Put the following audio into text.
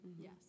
Yes